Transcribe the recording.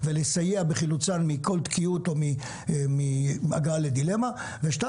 ולסייע בחילוצן מכל תקיעות או מהגעה לדילמה; ו-ב',